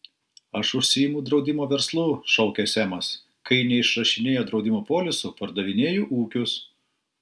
aš užsiimu draudimo verslu šaukė semas kai neišrašinėju draudimo polisų pardavinėju ūkius